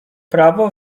prawo